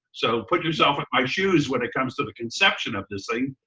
so put yourself in my shoes when it comes to the conception of this thing.